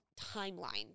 timeline